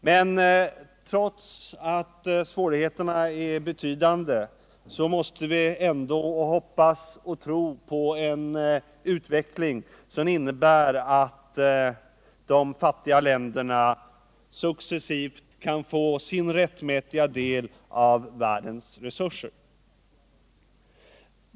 Men trots att svårigheterna är betydande måste vi hoppas och tro på en utveckling som innebär att de fattiga länderna successivt kan få sin rättmätiga del av världens resurser.